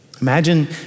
Imagine